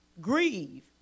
grieve